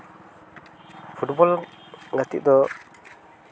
football ᱜᱟᱛᱮᱜ ᱫᱚ